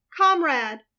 comrade